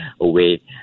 away